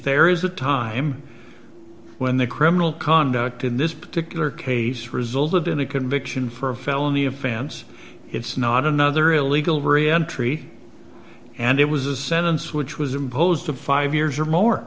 there is a time when the criminal conduct in this particular case resulted in a conviction for a felony of fans it's not another illegal reentry and it was a sentence which was imposed to five years or more